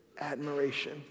admiration